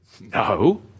No